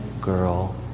girl